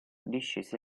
discese